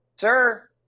Sir